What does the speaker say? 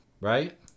right